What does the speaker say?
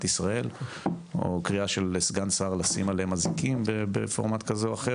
ישראל או קריאה של סגן שר לשים עליהם אזיקים בפורמט כזה או אחר.